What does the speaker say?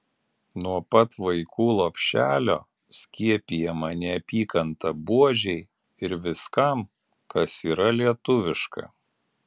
nuo pat vaikų lopšelio skiepijama neapykanta buožei ir viskam kas yra lietuviška